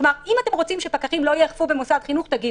אם אתם רוצים שפקחים לא יאכפו במוסד חינוך, תגידו.